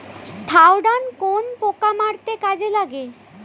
Thiodan কোন পোকা মারতে কাজে লাগে?